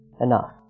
enough